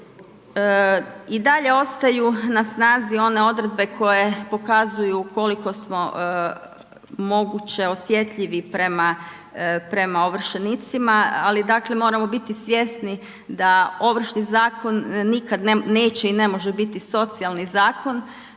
I dalje ostaju na snazi one odredbe koje pokazuju koliko smo moguće osjetljivi prema ovršenicima ali dakle moramo biti svjesni da Ovršni zakon nikad neće i ne može biti socijalni zakon,